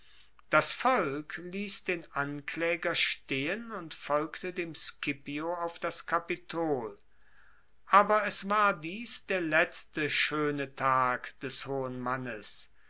das volk liess den anklaeger stehen und folgte dem scipio auf das kapitol aber es war dies der letzte schoene tag des hohen mannes